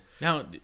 Now